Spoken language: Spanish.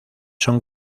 son